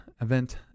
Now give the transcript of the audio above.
event